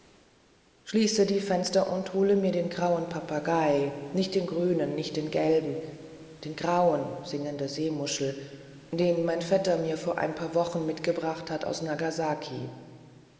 schließe die fenster und hole mir den grauen papagei nicht den grünen und nicht den gelben den grauen singende seemuschel den mein vetter mir vor ein paar wochen mitgebracht hat aus nagasaki